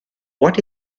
what